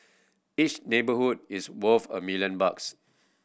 each neighbourhood is worth a million bucks